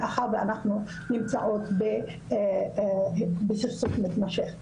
מאחר ואנחנו נמצאות בסכסוך מתמשך.